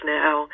now